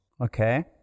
Okay